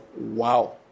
Wow